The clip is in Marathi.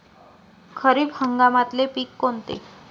खरीप हंगामातले पिकं कोनते?